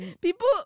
People